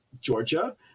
Georgia